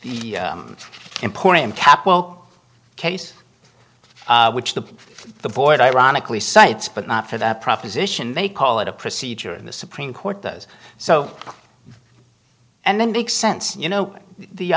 well case which the the board ironically cites but not for the proposition they call it a procedure in the supreme court those so and then makes sense you know the